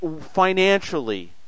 financially